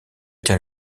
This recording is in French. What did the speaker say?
tient